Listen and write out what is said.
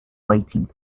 waiting